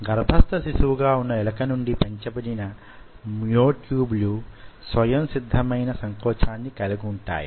గర్భర్ధ శిశువు గా వున్న ఎలుక నుండి పెంచబడిన మ్యో ట్యూబ్ లు స్వయంసిద్ధమైన సంకోచాన్ని కలిగివుంటాయి